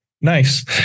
nice